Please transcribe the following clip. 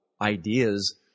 ideas